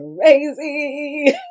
crazy